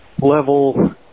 level